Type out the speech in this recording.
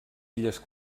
illes